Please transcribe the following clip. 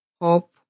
hope